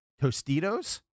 Tostitos